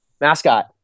Mascot